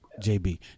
JB